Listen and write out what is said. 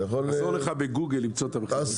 ב-1